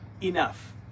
enough